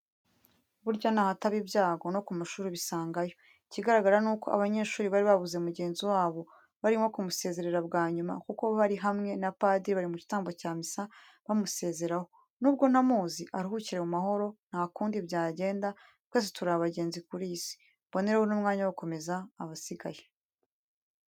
Burya ntahataba ibyago no ku mashuri Ubisangayo ikigaragara nuko abanyeshuri bari babuze mugenzi wabo barimo kumusezera bwanyuma kuko bari hamwe na padiri bari mu gitambo cya misa bamusezeraho nubwo ntamuzi aruhukire mu mahoro ntakundi byagenda twese turi abagenzi kuri iyi si. Mbonereho n'umwanya wo gukomeza abasigaye.